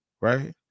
right